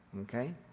Okay